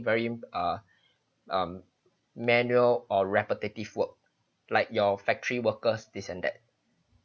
very uh um manual or repetitive work like your factory workers this and that